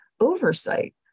oversight